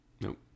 Nope